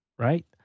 Right